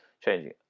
changing